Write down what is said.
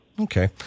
Okay